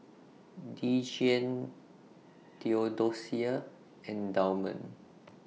Dejuan Theodosia and Damond